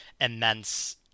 immense